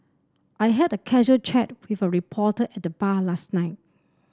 I had a casual chat with a reporter at the bar last night